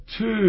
two